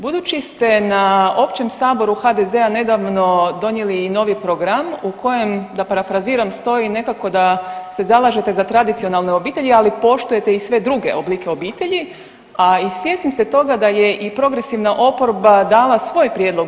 Budući ste na općem saboru HDZ-a nedavno donijeli i novi program u kojem da parafraziram stoji nekako da se zalažete za tradicionalno obitelji, ali poštujete i sve druge oblike obitelji, a i svjesni ste toga da je i progresivna oporba dala svoj prijedlog